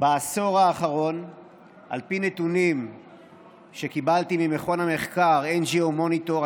על פי נתונים שקיבלתי ממכון המחקרNGO Monitor ,